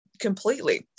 Completely